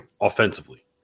offensively